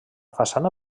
façana